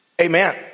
Amen